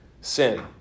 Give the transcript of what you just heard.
Sin